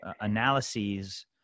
analyses